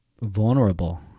vulnerable